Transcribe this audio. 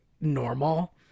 normal